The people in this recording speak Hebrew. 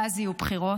ואז יהיו בחירות,